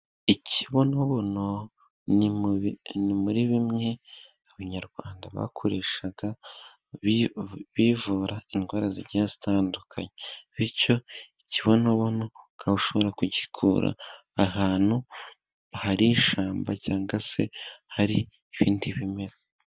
Ikibonobono, ni muri bimwe abanyarwanda bakoreshaga bivura indwara zigiye zitandukanye, bityo ikibonobono ukaba ushobora kugikura, ahantu hari ishyamba cyangwa se hari ibindi bimera.